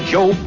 Joe